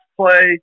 play